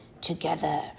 Together